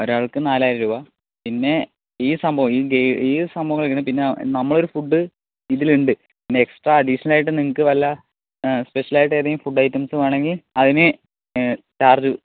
ഒരാൾക്ക് നാലായിരം രൂപ പിന്നെ ഈ സംഭവം ഈ ഈ സംഭവങ്ങളിങ്ങനെ പിന്ന നമ്മളൊരു ഫുഡ് ഇതിലുണ്ട് പിന്നെ എക്സ്ട്രാ അഡ്ഡിഷണൽ ആയിട്ട് നിങ്ങൾക്ക് വല്ല സ്പെഷ്യലായിട്ട് ഏതെങ്കിലും ഫുഡ് ഐറ്റംസ് വേണമെങ്കിൽ അതിന് ചാർജ്